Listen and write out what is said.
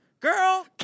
Girl